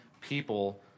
people